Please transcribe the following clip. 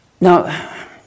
Now